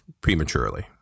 prematurely